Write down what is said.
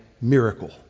miracle